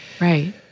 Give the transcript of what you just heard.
right